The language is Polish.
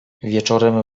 wieczorem